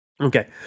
Okay